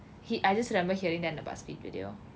he I just remember hearing than in a buzzfeed video